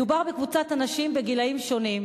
מדובר בקבוצת אנשים בגילים שונים,